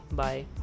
bye